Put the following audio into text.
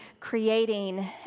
creating